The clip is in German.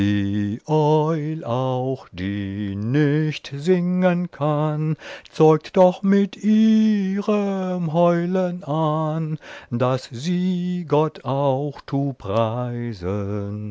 die nicht singen kann zeigt doch mit ihrem heulen an daß sie gott auch